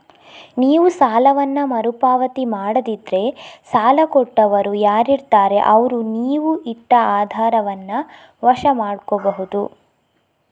ನೀವು ಸಾಲವನ್ನ ಮರು ಪಾವತಿ ಮಾಡದಿದ್ರೆ ಸಾಲ ಕೊಟ್ಟವರು ಯಾರಿರ್ತಾರೆ ಅವ್ರು ನೀವು ಇಟ್ಟ ಆಧಾರವನ್ನ ವಶ ಮಾಡ್ಕೋಬಹುದು